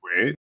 Wait